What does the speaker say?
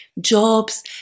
jobs